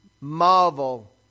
marvel